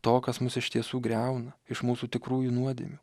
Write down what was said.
to kas mus iš tiesų griauna iš mūsų tikrųjų nuodėmių